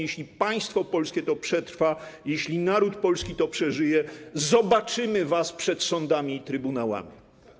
Jeśli państwo polskie to przetrwa, jeśli naród polski to przeżyje, zobaczymy was przed sądami i trybunałami.